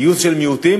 גיוס של מיעוטים.